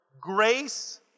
grace